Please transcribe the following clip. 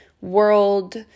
world